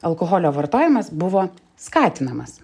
alkoholio vartojimas buvo skatinamas